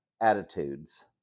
attitudes